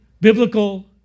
biblical